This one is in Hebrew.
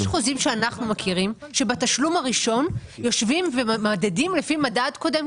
יש חוזים שאנחנו מכירים שבתשלום הראשון יושבים ומודדים לפי מדד קודם,